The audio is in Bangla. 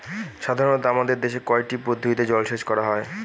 সাধারনত আমাদের দেশে কয়টি পদ্ধতিতে জলসেচ করা হয়?